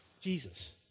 Jesus